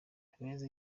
habineza